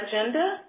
agenda